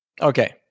Okay